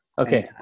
Okay